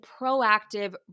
proactive